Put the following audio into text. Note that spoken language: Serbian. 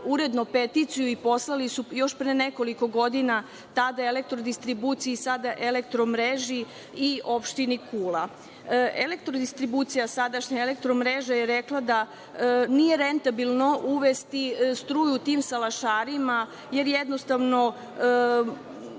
uredno peticiju i poslali su još pre nekoliko godina tada Elektrodistribuciji, sada Elektromreži i opštini Kula. Elektrodistribucija, sadašnja Elektromreža je rekla da nije rentabilno uvesti struju tim salašarima jer jednostavno